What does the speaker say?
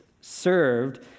served